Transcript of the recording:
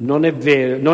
Non